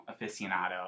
aficionado